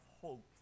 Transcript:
hope